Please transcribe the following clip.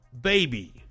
Baby